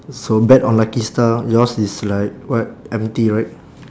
so bet on lucky star yours is like what empty right